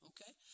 Okay